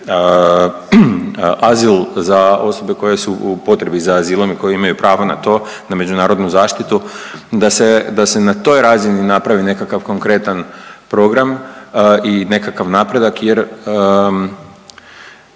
azil za osobe koje su u potrebi za azilom i koje imaju pravo na to, na međunarodnu zaštitu da se na toj razini napravi nekakav konkretan program i nekakav napredak jer